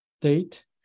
date